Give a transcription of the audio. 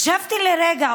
חשבתי לרגע,